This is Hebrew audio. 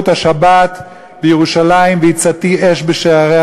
את השבת בירושלים "והצתי אש בשעריה,